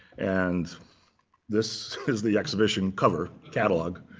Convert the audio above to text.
and this is the exhibition cover catalog.